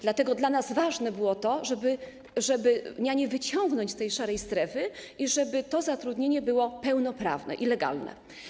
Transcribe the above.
Dlatego dla nas ważne było to, żeby wyciągnąć nianie z tej szarej strefy i żeby to zatrudnienie było pełnoprawne i legalne.